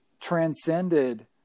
transcended